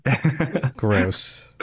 gross